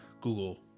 Google